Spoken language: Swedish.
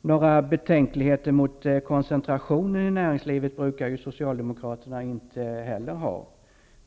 Några betänkligheter mot koncentrationen i näringslivet brukar ju socialdemokraterna inte ha heller.